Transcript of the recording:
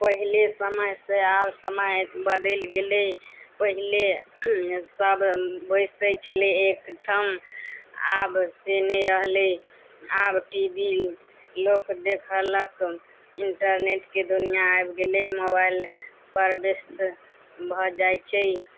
पहिले समय से आब समय बदलि गेलै पहिले सब बैसै छलै एकठाम आब से नहि रहलै आब टी वी लोक देखलक इन्टरनेटके दुनिया आबि गेलै मोबाइलपर व्यस्त भऽ जाइ छै